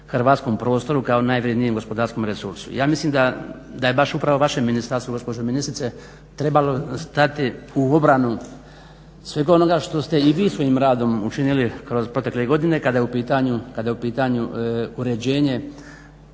hrvatskom prostoru kao najvrednijem gospodarskom resursu. Ja mislim da je baš upravo vaše ministarstvo gospođo ministrice trebalo stati u obranu sveg onoga što ste vi svojim radom učinili kroz protekle godine kada je u pitanju uređenje